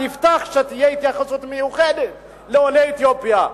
את הבטחת שתהיה התייחסות מיוחדת לעולי אתיופיה,